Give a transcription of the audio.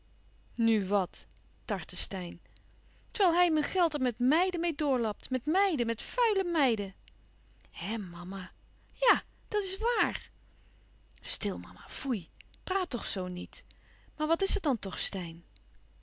nu wat tartte steyn terwijl hij mijn geld er met mèiden meê doorlapt met meiden met vuile meiden hè mama ja dàt is waar stil mama foei praat toch zoo niet maar wat is er dan toch steyn